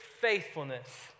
faithfulness